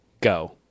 go